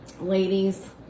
ladies